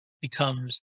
becomes